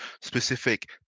specific